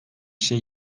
şey